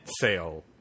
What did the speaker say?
sale